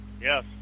Yes